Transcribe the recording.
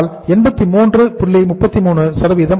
33 ஆகும்